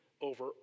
over